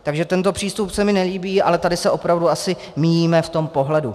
Takže tento přístup se mi nelíbí, ale tady se opravdu asi míjíme v tom pohledu.